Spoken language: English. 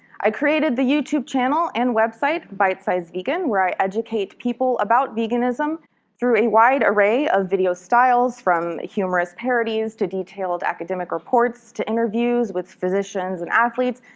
i created the youtube channel and accompanying website, bite size vegan, where i educate people about veganism through a wide array of video styles from humorous parodies, to detailed academic reports, to interviews with physicians and athletes,